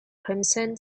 crimson